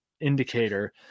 indicator